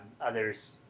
others